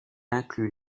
inclut